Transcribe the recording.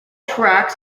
tracks